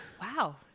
wow